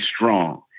strong